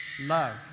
love